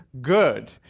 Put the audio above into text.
good